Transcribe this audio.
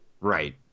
Right